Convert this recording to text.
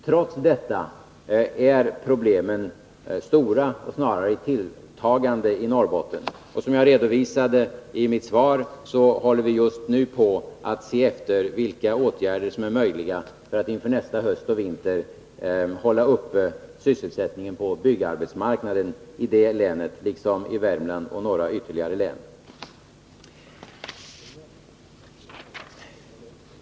Trots detta är problemen stora — de är snarast tilltagande i Norrbotten — och som jag redovisade i mitt svar håller vi just nu på att undersöka vilka åtgärder som är möjliga att vidta inför nästa höst och vinter för att hålla sysselsättningen på byggarbetsmarknaden uppe i det länet liksom i Värmlands län och några ytterligare län.